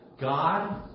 God